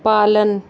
पालन